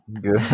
good